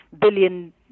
billion